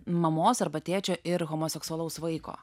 mamos arba tėčio ir homoseksualaus vaiko